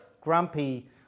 grumpy